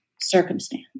circumstance